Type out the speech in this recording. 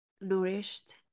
nourished